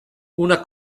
una